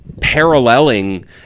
paralleling